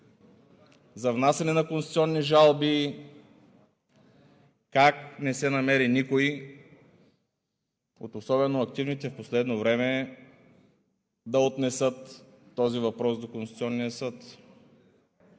за внасяне на конституционни жалби. Как не се намери никой от особено активните в последно време да отнесе този въпрос до Конституционния съд?